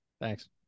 Thanks